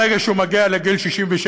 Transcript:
ברגע שהוא מגיע לגיל 67,